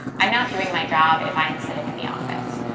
i'm not doing my job if i am sitting in the office.